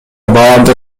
бардык